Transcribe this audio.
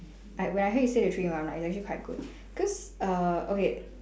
when I hear you say the three in one right it's actually quite good cause uh okay